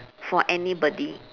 for anybody